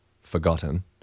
forgotten